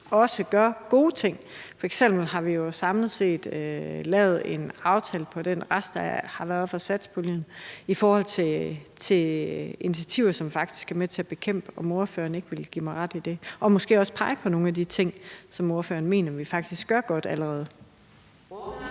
også gør gode ting. F.eks. har vi jo samlet set lavet en aftale på den rest, der har været fra satspuljen, i forhold til initiativer, som faktisk er med til at bekæmpe det. Vil ordføreren ikke give mig ret i det og måske også pege på nogle de ting, som ordføreren mener vi faktisk gør godt allerede?